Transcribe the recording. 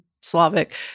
Slavic